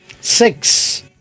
Six